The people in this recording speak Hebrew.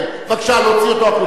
בבקשה להוציא אותו החוצה.